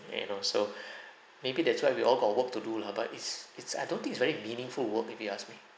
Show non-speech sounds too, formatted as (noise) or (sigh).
and also (breath) maybe that's why we all got work to do lah but it's it's I don't think it's very meaningful work if you ask me